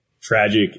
Tragic